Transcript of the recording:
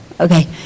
Okay